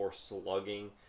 slugging